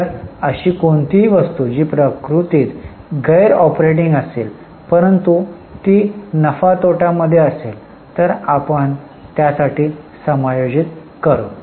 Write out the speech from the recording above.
जर अशी कोणतीही वस्तू जी प्रकृतीत गैर ऑपरेटिंग असेल परंतु ती नफा तोटा मध्ये असेल तर आपण त्यासाठी समायोजित करू